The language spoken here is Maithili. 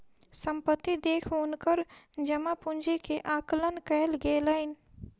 संपत्ति देख हुनकर जमा पूंजी के आकलन कयल गेलैन